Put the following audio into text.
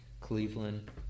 Cleveland